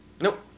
Nope